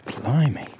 Blimey